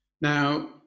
Now